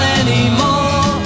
anymore